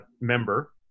member